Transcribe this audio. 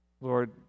Lord